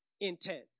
intent